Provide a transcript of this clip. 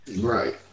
Right